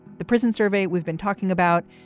the prison survey we've been talking about,